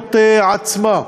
המיעוט עצמה.